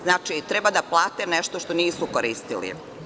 Znači, treba da plate nešto što nisu koristili.